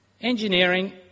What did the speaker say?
Engineering